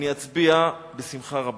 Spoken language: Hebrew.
אני אצביע בשמחה רבה.